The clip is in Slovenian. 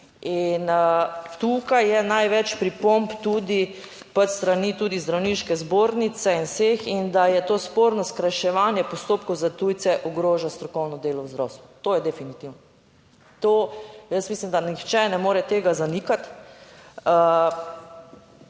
in tukaj je največ pripomb tudi s strani tudi Zdravniške zbornice in vseh in da je to sporno. Skrajševanje postopkov za tujce ogroža strokovno delo v zdravstvu. To je definitivno. To, jaz mislim, da nihče ne more tega zanikati.